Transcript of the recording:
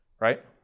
right